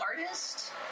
artist